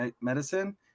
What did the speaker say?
Medicine